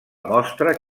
mostra